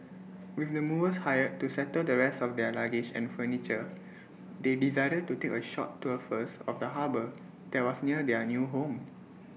with the movers hired to settle the rest of their luggage and furniture they decided to take A short tour first of the harbour that was near their new home